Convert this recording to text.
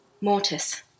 Mortis